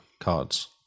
cards